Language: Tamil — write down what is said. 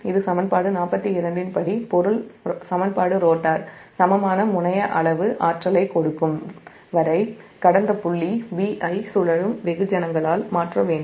எனவே சமன்பாடு 42 இன் படி ரோட்டார் சமமான முனைய அளவு ஆற்றலைக் கொடுக்கும் வரை கடந்த புள்ளி 'b' ஐ சுழலும் வெகுஜனங்களால் மாற்ற வேண்டும்